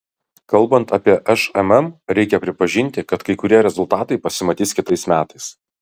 kalbant apie šmm reikia pripažinti kad kai kurie rezultatai pasimatys kitais metais